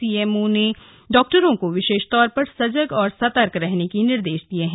CMO ने डॉक्टरों को विशेष तौर पर सजग और सतर्क रहने के निर्देश दिए हैं